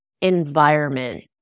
environment